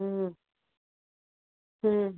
হুম হুম